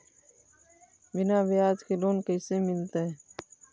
बिना ब्याज के लोन कैसे मिलतै?